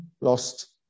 lost